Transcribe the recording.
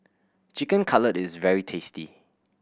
Chicken Cutlet is very tasty